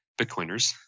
Bitcoiners